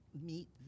meet